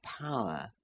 power